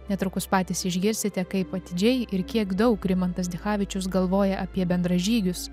netrukus patys išgirsite kaip atidžiai ir kiek daug rimantas dichavičius galvoja apie bendražygius